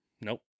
Nope